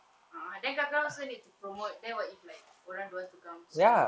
a'ah then kau kalau also need to promote then what if like orang don't want to come so